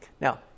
Now